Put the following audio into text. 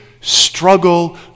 struggle